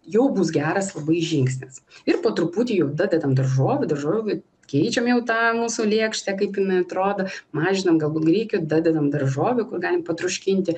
jau bus geras labai žingsnis ir po truputį jau dadedam daržovių daržovių keičiam jau tą mūsų lėkštę kaip jinai atrodo mažinam galbūt grikių dadedam daržovių kur galim patroškinti